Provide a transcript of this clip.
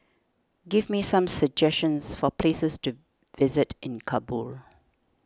give me some suggestions for places to visit in Kabul